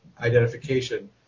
identification